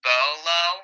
Bolo